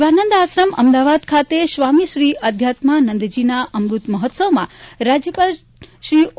શિવાનંદ આશ્રમ અમદાવાદ ખાતે સ્વામી શ્રી અધ્યાત્માનંદજીના અમ્રત મહોત્સવમાં રાજ્યપાલશ્રી ઓ